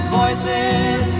voices